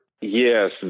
Yes